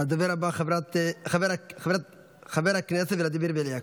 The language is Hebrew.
הדובר הבא, חבר הכנסת ולדימיר בליאק,